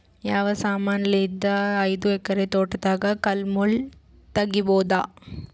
ಯಾವ ಸಮಾನಲಿದ್ದ ಐದು ಎಕರ ತೋಟದಾಗ ಕಲ್ ಮುಳ್ ತಗಿಬೊದ?